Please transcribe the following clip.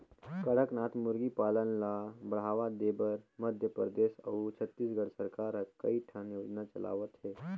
कड़कनाथ मुरगी पालन ल बढ़ावा देबर मध्य परदेस अउ छत्तीसगढ़ सरकार ह कइठन योजना चलावत हे